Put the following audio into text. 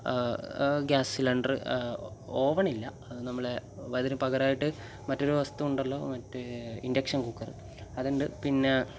gas cylinder oven ഇല്ല അത് നമ്മളെ അതിന് പകരമായിട്ട് മറ്റൊരു വസ്തു ഉണ്ടല്ലോ മറ്റേ ഇൻഡക്ഷൻ കുക്കർ അതുണ്ട് പിന്നെ